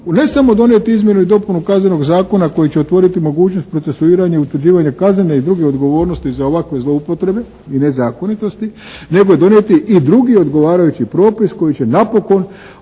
ne samo donijeti izmjenu i dopunu Kaznenog zakona koji će otvoriti mogućnost procesuiranja i utvrđivanja kaznene i druge odgovornosti za ovakve zloupotrebe i nezakonitosti nego i donijeti i drugi odgovarajući propis koji će napokon